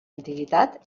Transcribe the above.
antiguitat